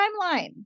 timeline